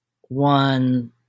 one